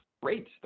great